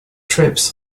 trips